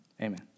amen